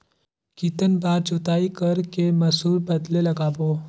कितन बार जोताई कर के मसूर बदले लगाबो?